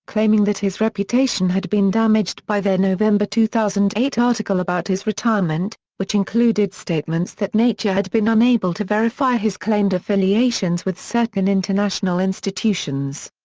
claiming that his reputation had been damaged by their november two thousand and eight article about his retirement, which included statements that nature had been unable to verify his claimed affiliations with certain international institutions.